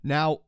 Now